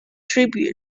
tribute